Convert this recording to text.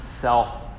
self